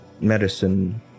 medicine